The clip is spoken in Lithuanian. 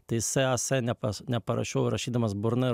tais s a s nepa neparašiau rašydamas burna